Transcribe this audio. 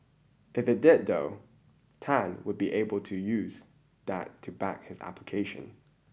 if it did though Tan would be able to use that to back his application